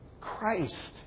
Christ